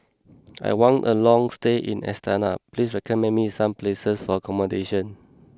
I want a long stay in Astana please recommend me some places for accommodation